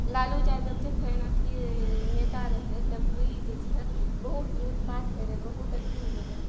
लालू यादब जखन अथी नेता रहय तभी जे छै बहुत लूटपाट होइ रहय बहुत अथी होइ रहय